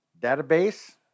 database